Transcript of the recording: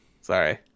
Sorry